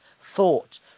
thought